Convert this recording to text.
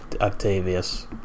Octavius